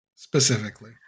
specifically